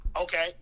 Okay